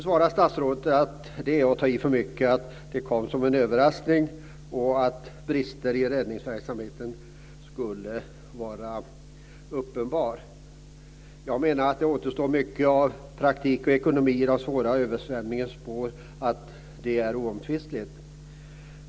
Statsrådet svarar att det är att ta i för mycket att säga att det kom som en överraskning och att brister i räddningsverksamheten skulle vara uppenbara. Att det återstår mycket av praktik och ekonomi i den svåra översvämningens spår är oomtvistligt.